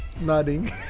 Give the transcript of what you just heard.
nodding